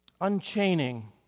unchaining